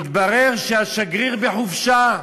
התברר שהשגריר בחופשה.